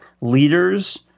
leaders